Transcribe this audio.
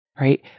right